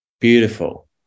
Beautiful